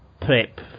Prep